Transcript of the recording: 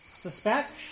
suspect